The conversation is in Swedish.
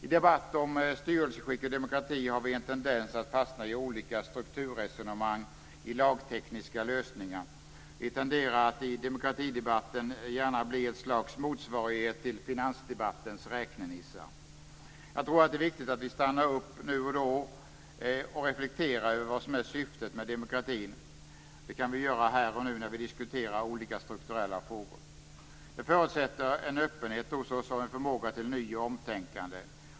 I debatten om styrelseskick och demokrati har vi en tendens att fastna i olika strukturresonemang, i lagtekniska lösningar. I demokratidebatten tenderar vi att bli ett slags motsvarighet till finansdebattens räknenissar. Jag tror att det är viktigt att vi stannar upp nu och då och reflekterar över vad som är syftet med demokratin. Det kan vi göra här och nu när vi diskuterar olika strukturella frågor. Det förutsätter en öppenhet hos oss och en förmåga till ny och omtänkande.